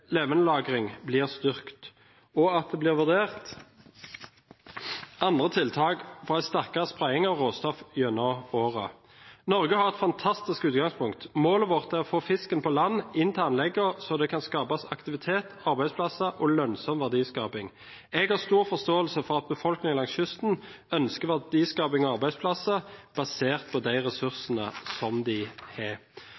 blir styrket, og at det blir vurdert andre tiltak for en sterkere spredning av råstoff gjennom året. Norge har et fantastisk utgangspunkt. Målet vårt er å få fisken på land, inn til anleggene så det kan skapes aktivitet, arbeidsplasser og lønnsom verdiskaping. Jeg har stor forståelse for at befolkningen langs kysten ønsker verdiskaping og arbeidsplasser basert på de